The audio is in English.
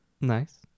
Nice